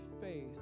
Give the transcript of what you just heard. faith